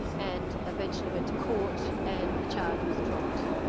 and eventually went to court, and the charge was dropped.